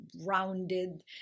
rounded